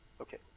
Okay